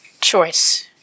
choice